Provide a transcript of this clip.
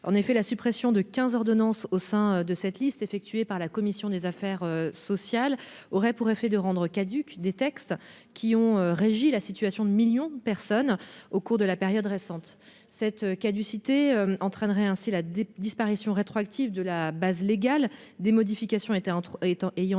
de loi. La suppression de quinze ordonnances au sein de cette liste, effectuée par la commission des affaires sociales, aurait pour effet de rendre caducs des textes qui ont régi la situation de millions de personnes au cours de la période récente. Cette caducité entraînerait la disparition rétroactive de la base légale des modifications ayant été